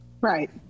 Right